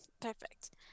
perfect